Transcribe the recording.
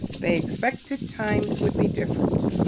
they expected times would be different.